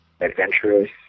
adventurous